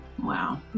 Wow